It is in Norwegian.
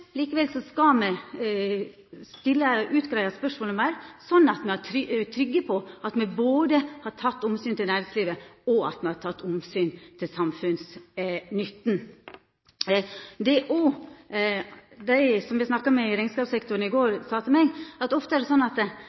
Likevel skal me utgreia spørsmålet meir, så me er trygge på at me både har teke omsyn til næringslivet og har teke omsyn til samfunnsnytten. Det dei som eg snakka med i rekneskapssektoren i går, òg sa til meg, er at ofte er det sånn at